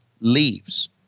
leaves